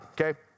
okay